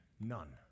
None